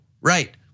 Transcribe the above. right